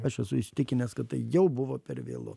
aš esu įsitikinęs kad tai jau buvo per vėlu